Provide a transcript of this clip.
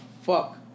fuck